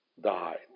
died